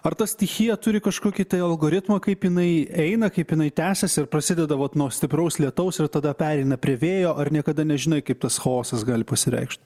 ar ta stichija turi kažkokį tai algoritmą kaip jinai eina kaip jinai tęsiasi ir prasideda va nuo stipraus lietaus ir tada pereina prie vėjo ar niekada nežinai kaip tas chaosas gali pasireikšt